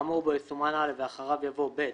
האמור, ויסומן א, ואחריו יבוא ב.